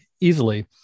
easily